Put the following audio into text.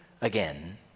again